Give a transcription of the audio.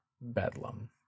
Bedlam